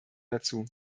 dazu